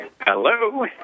Hello